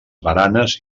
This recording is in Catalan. baranes